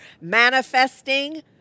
manifesting